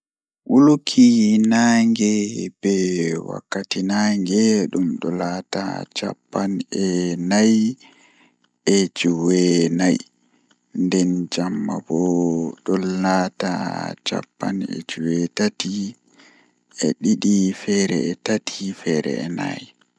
Wuluki nange be wakkati nange don laata caappan e nay e jweenay nden jemma bo don laata cappan e jweetati e didi feere e tati feere e nay.